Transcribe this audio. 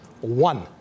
One